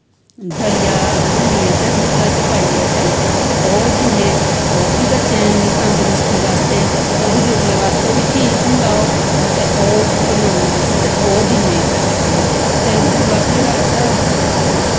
दलिया भुन्नियै ते दुध्दा च पाईयै ते ओह् दिन्ने ओह्बी बच्चें दी तमदरुस्ती बास्ते ते बजुर्गें बास्ते बी ठीक होंदा ओह् ते ओह् बनाने अस ते ओह् ते ओह् दिन्ने इक टैम ते दुआ फिर अस